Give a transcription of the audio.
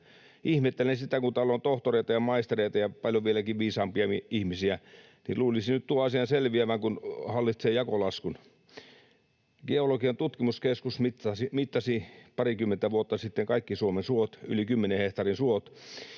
Ihmettelen sitä, kun täällä on tohtoreita ja maistereita ja paljon vieläkin viisaampia ihmisiä, niin luulisi nyt tuon asian selviävän, kun hallitsee jakolaskun. Geologian tutkimuskeskus mittasi parikymmentä vuotta sitten kaikki Suomen suot, yli 10